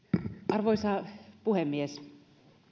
arvoisa puhemies